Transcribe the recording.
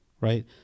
right